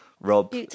rob